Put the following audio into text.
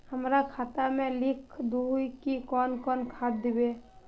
हमरा खाता में लिख दहु की कौन कौन खाद दबे?